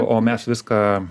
o mes viską